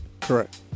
Correct